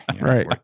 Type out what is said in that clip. Right